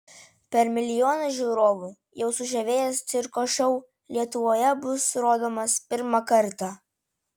per milijoną žiūrovų jau sužavėjęs cirko šou lietuvoje bus rodomas pirmą kartą